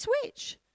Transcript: switch